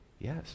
Yes